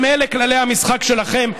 אם אלה כללי המשחק שלכם,